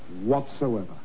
whatsoever